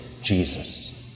Jesus